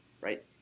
right